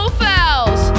fouls